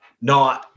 No